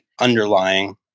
underlying